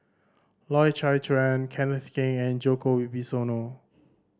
Loy Chye Chuan Kenneth Keng and Djoko Wibisono